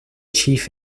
chief